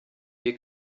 wir